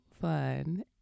fun